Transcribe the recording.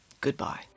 goodbye